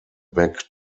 back